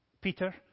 Peter